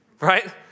right